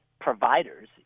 providers